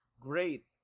great